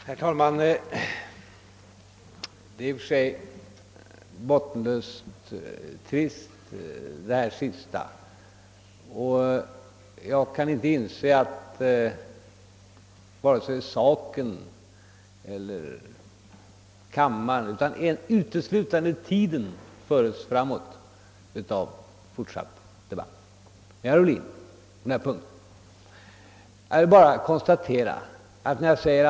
Herr talman! Den sista delen av debatten har varit bottenlöst trist. Jag kan inte inse att vare sig saken eller kammaren gagnas av en fortsatt debatt, herr Ohlin, på denna punkt, utan det drar uteslutande ut på tiden.